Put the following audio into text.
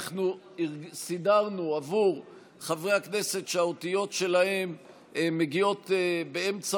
אנחנו סידרנו עבור חברי הכנסת שהאותיות שלהם מגיעות באמצע